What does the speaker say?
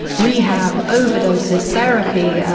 rehab, overdoses, therapy,